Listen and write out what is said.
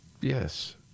Yes